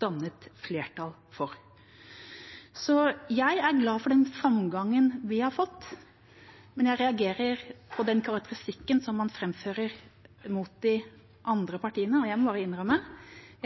Jeg er glad for den framgangen vi har fått, men jeg reagerer på den karakteristikken man framfører mot de andre partiene. Jeg må innrømme at